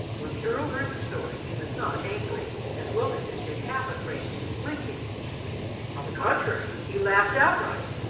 when the earl heard the story he was not angry, as wilkins had been half afraid that he would be on the contrary, he laughed outright,